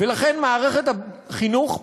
ולכן מערכת החינוך מחר,